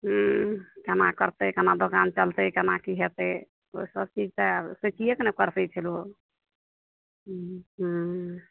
हूँ केना करतै केना दोकान चलतै केना की हेतै ओ सब चीज तऽ आब सोचिएके ने पड़तै फेरो हूँ